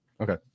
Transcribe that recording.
Okay